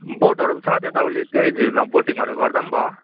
बोटहरू पनि छ त्यहाँ तपाईँले त्यही झिलमा बोटिङहरू गर्दा पनि भयो